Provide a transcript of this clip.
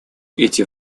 эти